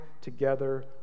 together